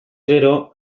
gero